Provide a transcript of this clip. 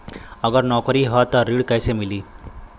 अगर नौकरी ह त ऋण कैसे मिली?